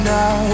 now